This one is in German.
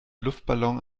luftballon